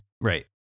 Right